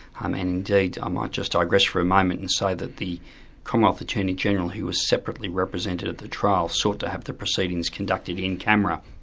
um and indeed i ah might just digress for a moment and say that the commonwealth attorney-general who was separately represented at the trial, sought to have the proceedings conducted in camera.